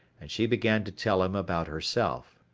and she began to tell him about herself.